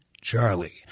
Charlie